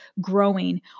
growing